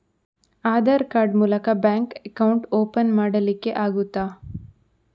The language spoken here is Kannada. ಆಧಾರ್ ಕಾರ್ಡ್ ಮೂಲಕ ಬ್ಯಾಂಕ್ ಅಕೌಂಟ್ ಓಪನ್ ಮಾಡಲಿಕ್ಕೆ ಆಗುತಾ?